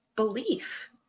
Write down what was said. belief